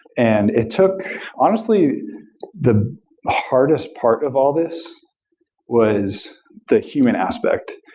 and it took, honestly the hardest part of all this was the human aspect.